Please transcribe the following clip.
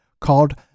called